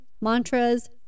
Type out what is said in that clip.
mantras